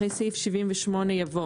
אחרי סעיף 78 יבוא"